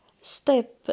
Step